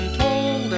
told